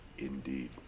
Indeed